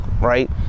right